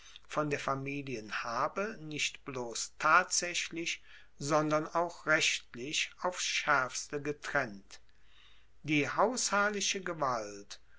von der familienhabe nicht bloss tatsaechlich sondern auch rechtlich aufs schaerfste getrennt die hausherrliche gewalt